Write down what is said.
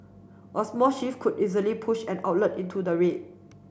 a small shift could easily push an outlet into the red